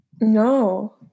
No